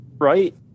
Right